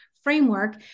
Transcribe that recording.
framework